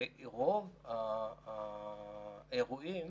ורוב האירועים